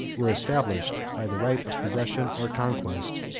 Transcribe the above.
were established, by the right of possession or conquest,